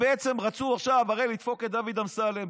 הרי הם בעצם רצו עכשיו לדפוק את דוד אמסלם,